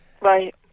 Right